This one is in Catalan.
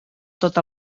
tot